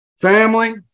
Family